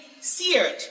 seared